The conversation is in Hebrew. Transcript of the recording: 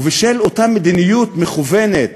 ובשל אותה מדיניות מכוונת